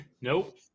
Nope